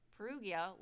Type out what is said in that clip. Perugia